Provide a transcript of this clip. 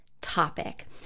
topic